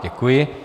Děkuji.